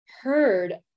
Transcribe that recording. heard